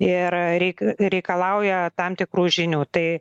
ir reik reikalauja tam tikrų žinių tai